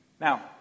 Now